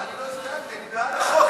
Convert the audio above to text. אני לא הסתייגתי, אני בעד החוק.